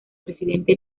presidente